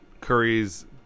Curry's